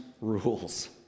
rules